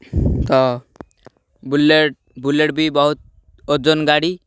ତ bullet bullet ବି ବହୁତ ଓଜନ ଗାଡ଼ି